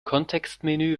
kontextmenü